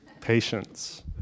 patience